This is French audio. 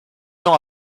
ans